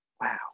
Wow